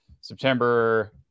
September